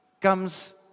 comes